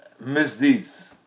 misdeeds